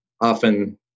often